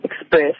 express